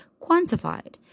quantified